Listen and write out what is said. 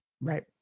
Right